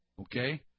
Okay